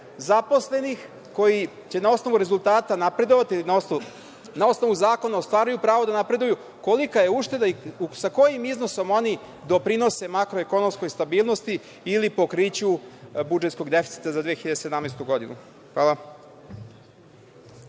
zaposlenih koji će na osnovu rezultata napredovati, na osnovu zakona ostvaruju pravo da napreduju, kolika je ušteda i sa kojim iznosom oni doprinose makroekonomskoj stabilnosti ili pokriću budžetskog deficita za 2017. godinu?